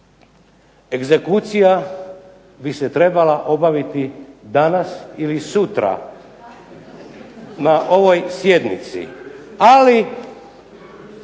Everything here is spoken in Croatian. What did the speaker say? Egzekucija bi se trebala obaviti danas ili sutra na ovoj sjednici, ali